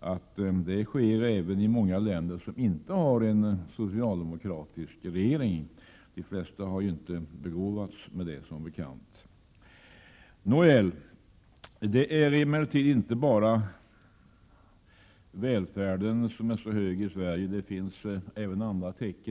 högkonjunktur även i många länder som inte har en socialdemokratisk regering — de flesta länder har som bekant inte begåvats med en sådan. Nåväl, det är inte bara välfärden i Sverige som är hög.